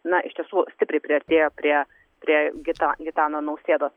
na iš tiesų stipriai priartėjo prie prie gita gitano nausėdos